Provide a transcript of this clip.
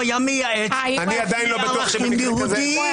היה מייעץ לפי ערכים יהודיים.